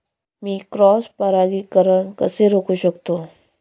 मी cross परागीकरण कसे रोखू शकतो?